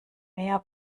mehr